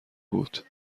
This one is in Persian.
بود